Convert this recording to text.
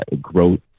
growth